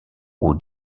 who